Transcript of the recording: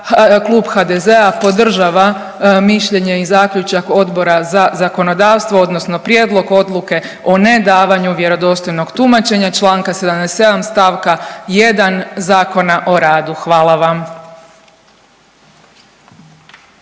Klub HDZ-a podržava mišljenje i zaključak Odbora za zakonodavstvo odnosno Prijedlog Odluke o nedavanju vjerodostojnog tumačenja Članka 77. stavka 1. Zakona o radu. Hvala vam.